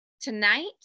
Tonight